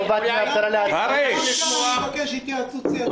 אני מבקש התייעצות סיעתית.